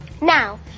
Now